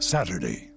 Saturday